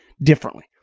differently